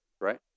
right